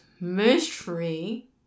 mystery